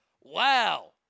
Wow